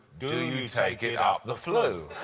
do you take it up the flue?